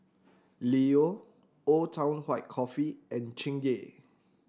Leo Old Town White Coffee and Chingay